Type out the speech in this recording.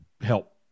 help